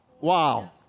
Wow